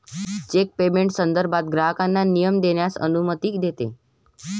check payment संदर्भात ग्राहकांना निर्णय घेण्यास अनुमती देते